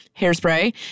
Hairspray